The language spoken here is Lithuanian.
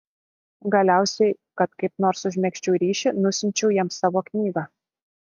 galiausiai kad kaip nors užmegzčiau ryšį nusiunčiau jam savo knygą